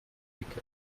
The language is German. wickeln